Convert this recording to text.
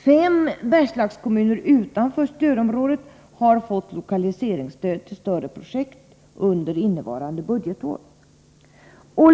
Fem Bergslagskommuner utanför stödområdet har fått lokaliseringsstöd till större projekt under innevarande budgetår.